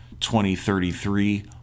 2033